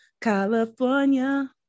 California